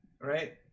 Right